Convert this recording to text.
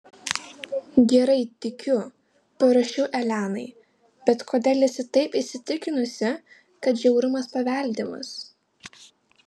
gerai tikiu parašiau elenai bet kodėl esi taip įsitikinusi kad žiaurumas paveldimas